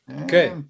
Okay